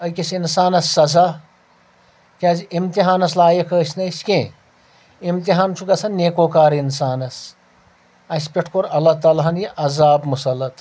أکِس اِنسانَس سزا کیازِ اِمتِحانَس لایق ٲسۍ نہٕ أسۍ کینٛہہ امتِحان چھُ گژھان نیک وَکار اِنسانَس اَسہِ پؠٹھ کوٚر اللہ تعالیٰ ہَن یہِ عَذاب مُسَلَط